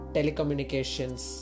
Telecommunications